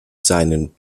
seinen